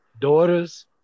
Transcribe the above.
Daughters